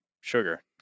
sugar